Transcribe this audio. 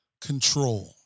control